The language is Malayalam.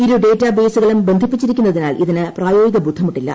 ഇരു ഡേറ്റാ ബ്ബേസു്കളും ബന്ധിപ്പിച്ചിരിക്കുന്നതിനാൽ ഇതിന് പ്രായോഗിക ബൂഭ്യിമുട്ടില്ല